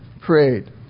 prayed